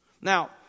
Now